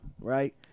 right